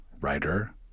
writer